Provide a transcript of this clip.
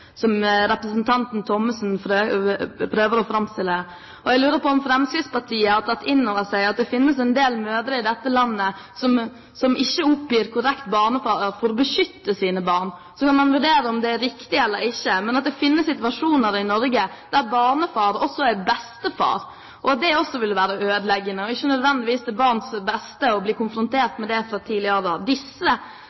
som representanten Thomsen prøver å framstille den. Jeg lurer på om Fremskrittspartiet har tatt inn over seg at det finnes en del mødre i dette landet som ikke oppgir korrekt barnefar for å beskytte sine barn. Så kan man vurdere om det er riktig eller ikke, men det finnes situasjoner i Norge der barnefar også er bestefar. Det ville være ødeleggende og ikke nødvendigvis til barnets beste å bli